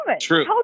True